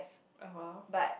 ah [huh]